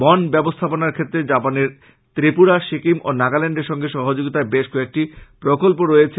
বন ব্যবস্থাপনার ক্ষেত্রে জাপানের ত্রিপুরা সিকিম ও নাগাল্যান্ডের সঙ্গে সহযোগিতায় বেশ কয়েকটি প্রকল্প রয়েছে